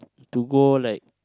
to go like